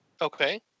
Okay